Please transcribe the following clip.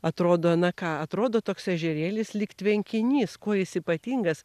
atrodo na ką atrodo toks ežerėlis lyg tvenkinys kuo jis ypatingas